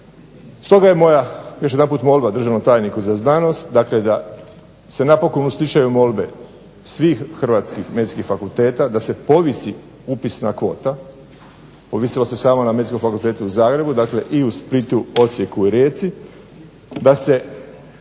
Stoga je moja, još jedanput molba državnom tajniku za znanost, dakle da se napokon uslišaju molbe svih hrvatskih medicinskih fakulteta da se povisi upisna kvota. Povisilo se samo na Medicinskom fakultetu u Zagrebu. Dakle, i u Splitu, Osijeku i Rijeci da se